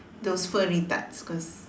those furry types because